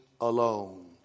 alone